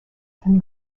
and